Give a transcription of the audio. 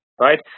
right